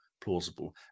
plausible